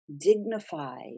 dignified